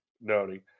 noting